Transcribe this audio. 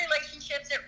relationships